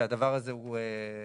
שהדבר הזה נזקק.